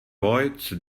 voice